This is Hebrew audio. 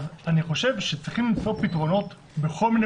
אני חושב שצריך למצוא פתרונות בכל מיני